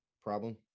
problem